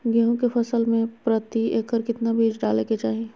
गेहूं के फसल में प्रति एकड़ कितना बीज डाले के चाहि?